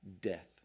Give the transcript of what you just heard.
death